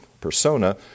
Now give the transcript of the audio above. persona